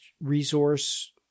resource